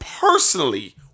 personally